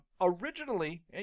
originally